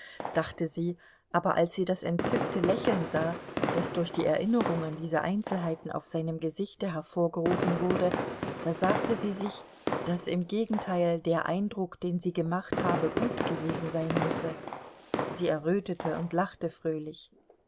dachte sie aber als sie das entzückte lächeln sah das durch die erinnerung an diese einzelheiten auf seinem gesichte hervorgerufen wurde da sagte sie sich daß im gegenteil der eindruck den sie gemacht habe gut gewesen sein müsse sie errötete und lachte fröhlich